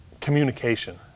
communication